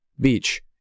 Beach